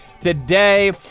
today